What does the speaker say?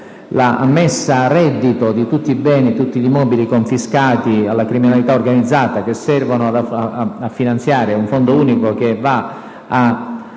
la messa a reddito di tutti i beni ed immobili confiscati alla criminalità organizzata che servono a finanziare un Fondo unico a favore